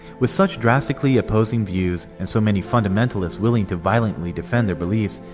with such drastically opposing views and so many fundamentalist willing to violently defend their beliefs,